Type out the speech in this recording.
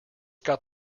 got